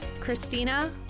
Christina